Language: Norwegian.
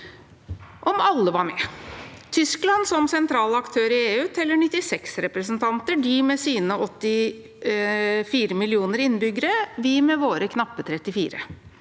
landene var med. Tyskland, som sentral aktør i EU, teller 96 representanter – de med sine 84 millioner innbyggere, vi med våre knappe 34